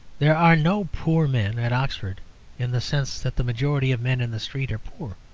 there are no poor men at oxford in the sense that the majority of men in the street are poor.